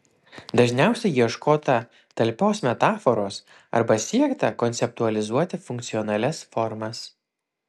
dažniausiai ieškota talpios metaforos arba siekta konceptualizuoti funkcionalias formas